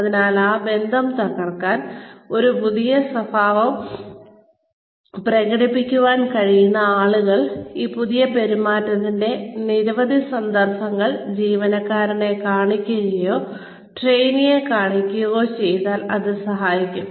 അതിനാൽ ആ ബന്ധം തകർക്കാൻ ഈ പുതിയ സ്വഭാവം പ്രകടിപ്പിക്കാൻ കഴിയുന്ന ആളുകൾ ഈ പുതിയ പെരുമാറ്റത്തിന്റെ നിരവധി സന്ദർഭങ്ങൾ ജീവനക്കാരനെ കാണിക്കുകയോ ട്രെയിനിയെ കാണിക്കുകയോ ചെയ്താൽ അത് സഹായിക്കും